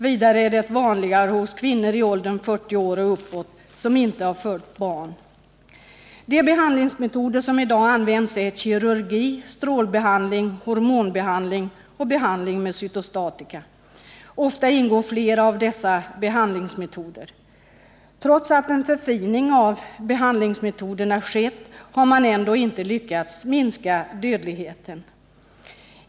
Vidare är sjukdomen vanligare hos kvinnor i åldern 40 år och uppåt som inte fött barn. De behandlingsmetoder som i dag används är kirurgi, strålbehandling, hormonbehandling och behandling med cytostatika. Ofta ingår flera av dessa behandlingsmetoder. Trots att en förfining av behandlingsmetoderna skett har man inte lyckats minska dödligheten.